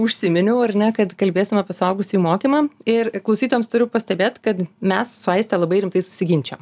užsiminiau ar ne kad kalbėsim apie suaugusiųjų mokymą ir klausytojams turiu pastebėt kad mes su aiste labai rimtai susiginčijom